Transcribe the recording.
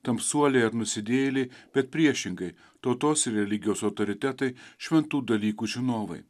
tamsuoliai ar nusidėjėliai bet priešingai tautos ir religijos autoritetai šventų dalykų žinovai